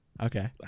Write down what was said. Okay